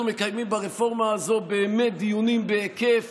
אנחנו מקיימים ברפורמה הזאת באמת דיונים בהיקף